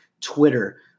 Twitter